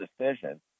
decision